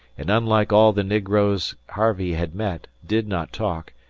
and, unlike all the negroes harvey had met, did not talk,